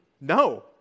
No